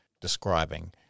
describing